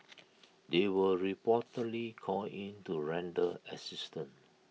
they were reportedly called in to render assistance